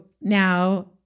now